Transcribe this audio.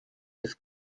his